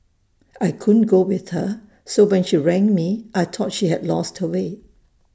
I couldn't go with her so when she rang me I thought she had lost her way